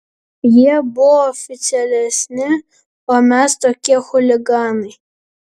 jie buvo oficialesni o mes tokie chuliganai